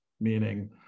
meaning